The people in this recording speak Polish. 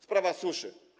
Sprawa suszy.